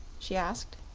she asked.